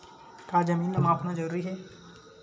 का जमीन ला मापना जरूरी हे?